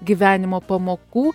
gyvenimo pamokų